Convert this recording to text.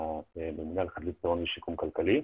במינהל חדלות פירעון ושיקום כלכלי.